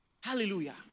Hallelujah